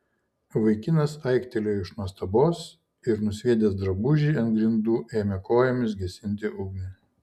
vaikinas aiktelėjo iš nuostabos ir nusviedęs drabužį ant grindų ėmė kojomis gesinti ugnį